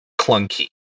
clunky